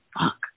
Fuck